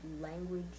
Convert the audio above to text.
language